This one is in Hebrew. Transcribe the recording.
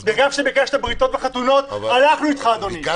כשביקשת לאפשר בריתות וחתונות הלכנו אתך, אדוני.